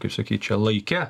kaip sakyt čia laike